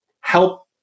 help